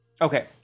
Okay